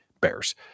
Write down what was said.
Bears